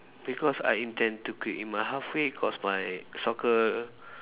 because I intend to quit in my halfway cause my soccer